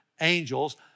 angels